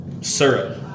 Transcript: syrup